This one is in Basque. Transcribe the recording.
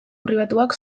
pribatuak